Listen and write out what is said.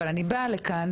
אבל אני באה לכאן,